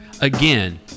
Again